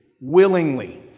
Willingly